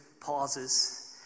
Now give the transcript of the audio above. pauses